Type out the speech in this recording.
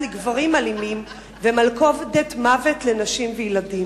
לגברים אלימים ומלכודת מוות לנשים וילדים.